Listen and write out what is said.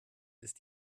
ist